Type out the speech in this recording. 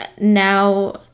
now